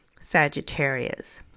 Sagittarius